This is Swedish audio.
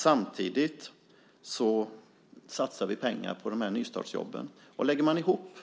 Samtidigt satsar vi pengar på de här nystartsjobben. Lägger man ihop